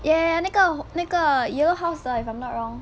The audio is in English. ya 那个那个 yellow house 的 if I'm not wrong